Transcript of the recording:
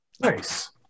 Nice